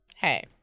Hey